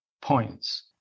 points